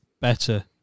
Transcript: better